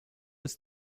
ist